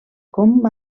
com